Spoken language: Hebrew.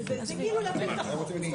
כאילו להפיל את החוק.